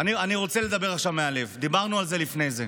אני רוצה לדבר עכשיו מהלב, דיברנו על זה לפני כן.